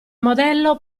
modello